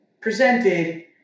presented